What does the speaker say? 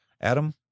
Adam